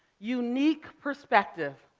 unique perspective.